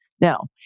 Now